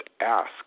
ask